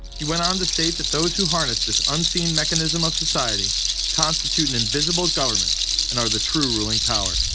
he went on to state that those who harness this unseen mechanism of society constitute an invisible government and are the true ruling power.